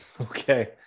Okay